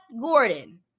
Gordon